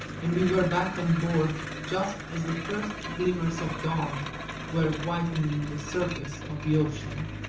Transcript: and we were back on board just as the first glimmers of dawn were whitening the surface of the ocean.